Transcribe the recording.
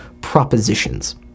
propositions